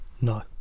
no